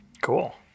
cool